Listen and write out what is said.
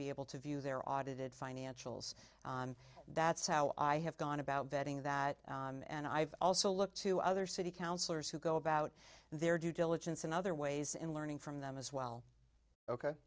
be able to view their audited financials that's how i have gone about vetting that and i've also looked to other city councillors who go about their due diligence in other ways in learning from them as well ok